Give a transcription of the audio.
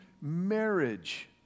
marriage